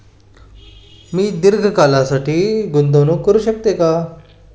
मी दीर्घ कालावधीसाठी गुंतवणूक करू शकते का?